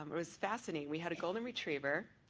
um it was fascinating we had a golden retriever